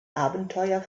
abenteuer